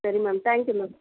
சரி ma'am thank you ma'am